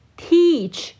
teach